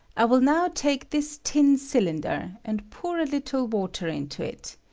i will now take this tin cylinder, and pour a little water into it,